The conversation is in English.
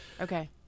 Okay